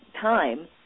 time